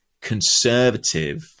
conservative